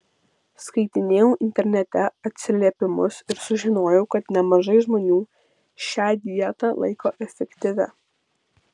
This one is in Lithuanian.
skaitinėjau internete atsiliepimus ir sužinojau kad nemažai žmonių šią dietą laiko efektyvia